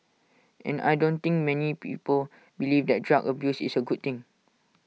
and I don't think many people believe that drug abuse is A good thing